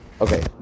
Okay